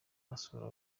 agasura